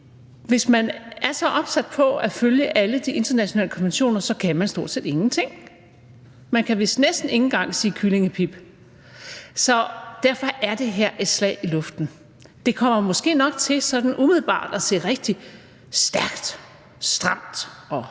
hvis man er så opsat på at følge alle de internationale konventioner, kan man stort set ingenting. Men kan vist næsten ikke engang sige et kyllingepip. Derfor er det her et slag i luften. Det kommer måske nok til sådan umiddelbart at se rigtig stærkt, stramt og